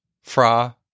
Fra